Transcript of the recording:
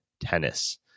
tennis